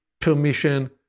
permission